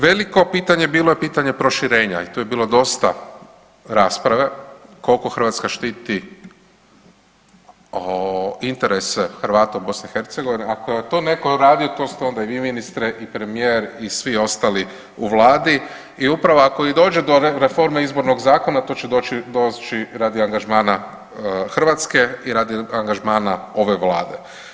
Veliko pitanje bilo je pitanje proširenja i tu je bilo dosta rasprave, koliko Hrvatska štiti interese Hrvata u BiH, ako je to neko radio to ste onda i vi ministre i premijer i svi ostali u Vladi i upravo ako i dođe do reforme izbornog zakona to će doći radi angažmana Hrvatske i radi angažmana ove Vlade.